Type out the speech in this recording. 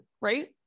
right